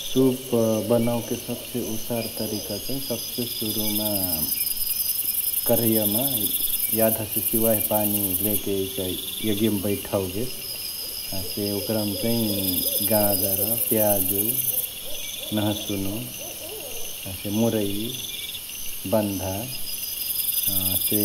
सूप बनओके सबसे उसार तरिका चैं सब्से सुरुमा करहियामा यधासे सिवाही पानी लेके इचिका यागियामा बैठाओके । हसे ओकरमा चैं गांजर, प्याजु, नहसुन हसे मुरई, बन्धा हसे